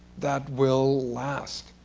that will last.